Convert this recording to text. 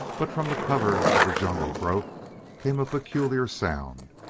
but from the cover of the jungle growth came a peculiar sound,